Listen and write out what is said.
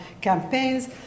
campaigns